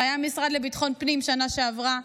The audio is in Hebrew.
שהיה המשרד לביטחון פנים בשנה שעברה.